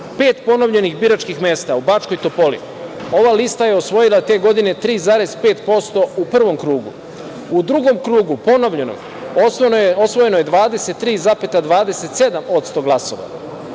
ponovljenih biračkih mesta u Bačkoj Topoli ova lista je osvojila te godine 3,5% u prvom krugu. U drugom krugu ponovljenom osvojeno je 23,27% glasova.